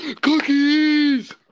Cookies